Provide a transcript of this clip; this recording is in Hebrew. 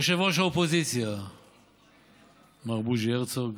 יושב-ראש האופוזיציה מר בוז'י הרצוג,